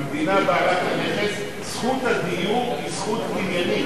המדינה בעלת הנכס, זכות הדיור היא זכות קניינית.